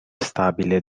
stabile